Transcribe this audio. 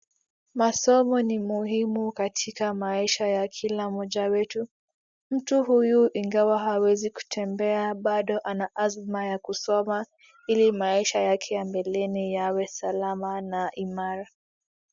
Masomo ni muhimu katika maisha ya kila mmoja wetu. Mtu huyu ingawa hawezi kutembea bado ana azma ya kusoma ili maisha yake ya mbeleni yawe salama na imara.